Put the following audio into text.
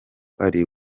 ali